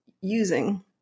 using